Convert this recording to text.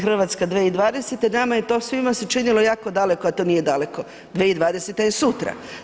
Hrvatska 2020. nama je to svima se činilo jako daleko a to nije daleko, 2020. je sutra.